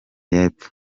y’epfo